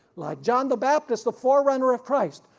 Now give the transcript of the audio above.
like john the baptist, the forerunner of christ,